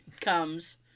comes